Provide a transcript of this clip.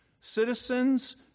Citizens